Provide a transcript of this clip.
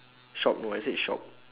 shop no I said shop